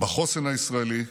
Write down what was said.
בחוסן הישראלי,